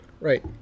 Right